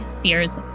fear's